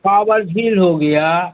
कावड़ झील हो गया